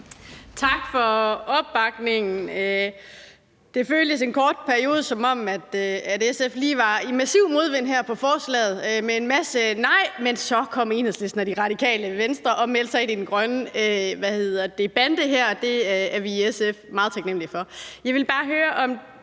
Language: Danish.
Tak for opbakningen. Det føltes en kort periode, som om SF lige var i massiv modvind her på forslaget med en masse nejer, men så kom Enhedslisten og Radikale Venstre og meldte sig ind i den grønne bande her – det er vi i SF meget taknemlige for. Jeg vil i forhold